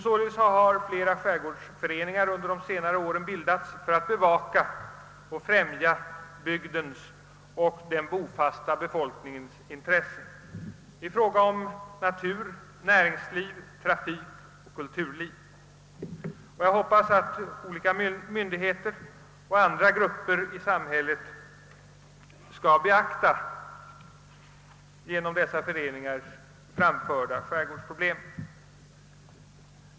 Således har många skärgårdsföreningar under senare år bildats för att främja bygdens och den bofasta befolkningens intressen i fråga om natur, näringsliv, trafik och kulturliv. Jag hoppas att olika myndigheter och andra grupper i samhället skall beakta genom dessa föreningar framförda skärgårdsproblem.